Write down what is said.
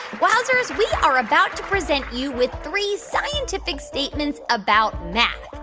wowzers, we are about to present you with three scientific statements about math.